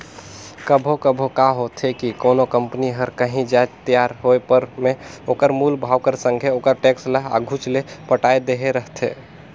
कभों कभों का होथे कि कोनो कंपनी हर कांही जाएत तियार होय पर में ओकर मूल भाव कर संघे ओकर टेक्स ल आघुच ले पटाए देहे रहथे